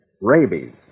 rabies